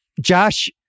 Josh